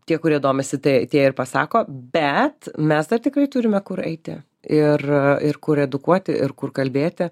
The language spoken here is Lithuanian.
tie kurie domisi tai tie ir pasako bet mes dar tikrai turime kur eiti ir a ir kur edukuoti ir kur kalbėti